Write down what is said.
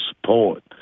support